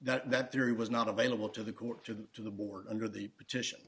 that theory was not available to the court to the to the board under the petition